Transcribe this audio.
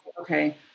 okay